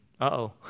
uh-oh